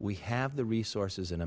we have the resources in